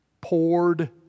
Poured